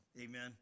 Amen